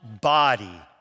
body